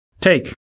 take